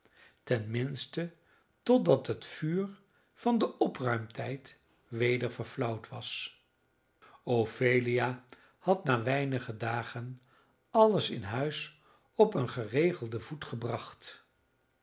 totdat het vuur van den opruimtijd weder verflauwd was ophelia had na weinige dagen alles in huis op een geregelden voet gebracht